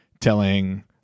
telling